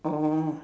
oh